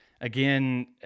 again